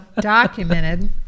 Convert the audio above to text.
Documented